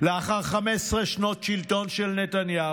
לאחר 15 שנות שלטון של נתניהו